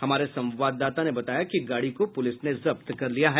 हमारे संवाददाता ने बताया कि गाड़ी को पुलिस ने जब्त कर लिया है